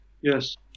Yes